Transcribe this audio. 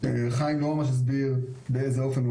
חיים לא ממש הסביר באיזה אופן הם